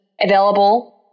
available